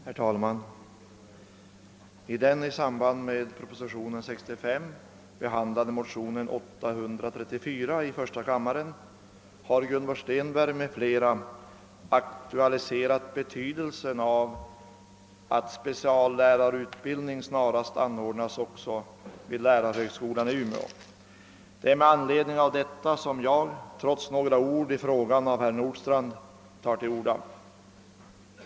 Herr talman! I den i samband med propositionen nr 65 behandlade motionen nr 834 i första kammaren har fröken Gunvor Stenberg m.fl. aktualiserat betydelsen av att speciallärarutbildning snarast anordnas även vid lärarhögskolan i Umeå. Det är med anledning av detta som jag, trots några ord i frågan av herr Nordstrandh, nu tar till orda.